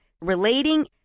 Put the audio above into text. relating